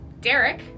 Derek